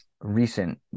recent